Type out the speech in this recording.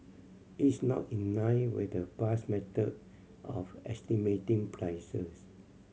it's not in line with the past method of estimating prices